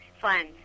fun